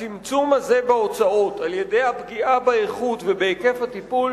הצמצום הזה בהוצאות על-ידי הפגיעה באיכות הטיפול ובהיקפו,